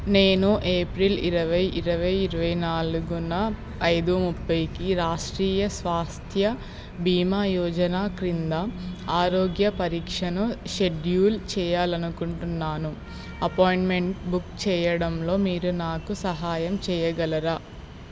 నేను ఏప్రిల్ ఇరవై ఇరవై ఇరవై నాలుగున ఐదు ముప్పైకి రాష్ట్రీయ స్వాస్థ్య భీమా యోజన క్రింద ఆరోగ్య పరీక్షను షెడ్యూల్ చేయాలని అనుకుంటున్నాను అపాయింట్మెంట్ బుక్ చేయడంలో మీరు నాకు సహాయం చేయగలరా